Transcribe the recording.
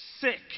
sick